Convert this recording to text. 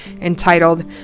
entitled